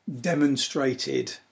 demonstrated